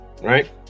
right